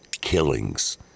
killings